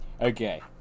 Okay